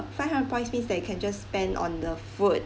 five hundred points means that you can just spend on the food